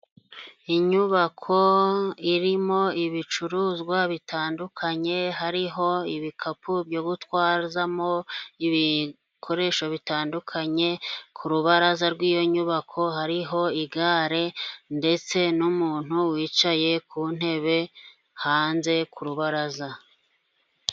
Inyubako irimo ibicuruzwa bitandukanye, hariho ibikapu byo gutwazamo ibikoresho bitandukanye. Ku rubaraza rw’iyo nyubako, hariho igare, ndetse n’umuntu wicaye ku ntebe hanze ku rubaraza.